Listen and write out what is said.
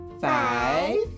five